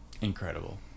Incredible